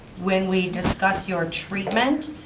when we discuss your treatment,